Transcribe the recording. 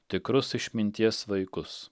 tikrus išminties vaikus